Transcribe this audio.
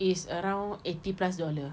is around eighty plus dollar